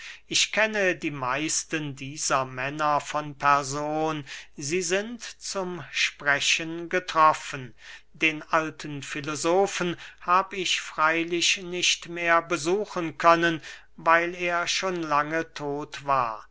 ich kenne die meisten dieser männer von person sie sind zum sprechen getroffen den alten filosofen hab ich freylich nicht mehr besuchen können weil er schon lange todt war